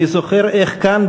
אני זוכר איך כאן,